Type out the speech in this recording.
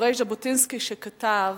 מדברי ז'בוטינסקי, שכתב: